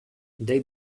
they